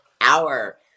Hour